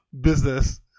business